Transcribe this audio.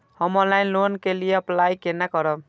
हम online loan के लिए अप्लाई केना करब?